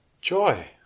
joy